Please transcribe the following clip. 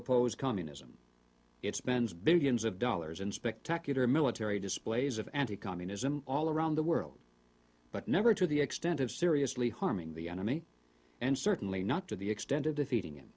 oppose communism it spends billions of dollars in spectacular military displays of anticommunism all around the world but never to the extent of seriously harming the enemy and certainly not to the extent of defeating